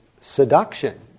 seduction